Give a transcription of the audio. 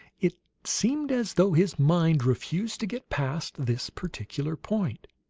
it seemed as though his mind refused to get past this particular point.